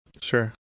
sure